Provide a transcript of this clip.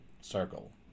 circle